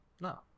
no